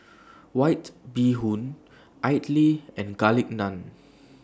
White Bee Hoon Idly and Garlic Naan